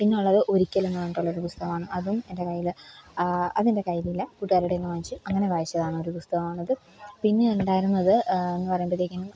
പിന്നെയുള്ളത് ഒരിക്കലെന്ന് പറഞ്ഞിട്ടൊള്ളൊരു പുസ്തകമാണ് അതും എൻ്റെ കയ്യില് അതെൻ്റെ കയ്യിലില്ല കൂട്ടുകാരീടെയ്യിന്ന് വാങ്ങിച്ച് അങ്ങനെ വായിച്ചതാണ് ഒരു പുസ്തകമാണിത് പിന്നെ ഇണ്ടാരിന്നത് എന്ന് പറയുമ്പഴത്തേക്കിനും